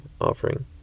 offering